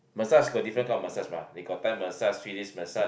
massage got different kind of massage mah they got Thai massage Swedish massage